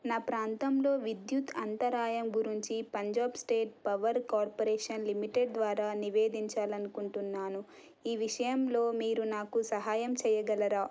నా ప్రాంతంలో విద్యుత్తు అంతరాయం గురించి Punjab State Power Corporation Limited ద్వారా నివేదించాలనుకుంటున్నాను ఈ విషయంలో మీరు నాకు సహాయం చేయగలరా